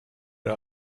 der